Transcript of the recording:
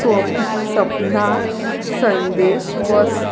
swap सपनात संदेश वस्त